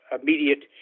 immediate